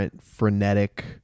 frenetic